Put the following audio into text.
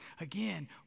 again